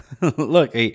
look